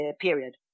period